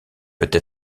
peuvent